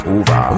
over